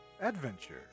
adventure